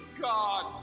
God